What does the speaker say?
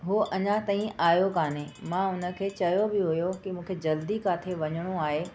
हूअ अञा ताईं आहियो कान्हे मां हुनखे चयो बि हुओ की मूंखे जल्दी काथे वञणो आहे